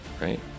right